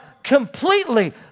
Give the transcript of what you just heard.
completely